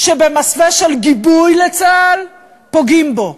שבמסווה של גיבוי לצה"ל פוגעים בו,